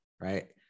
right